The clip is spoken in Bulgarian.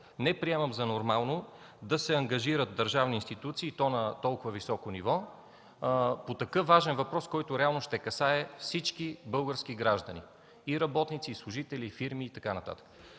не приемам за нормално да се ангажират държавни институции, и то на толкова важно ниво, по такъв важен въпрос, който реално ще касае всички български граждани – работници, служители, фирми и така нататък.